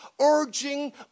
urging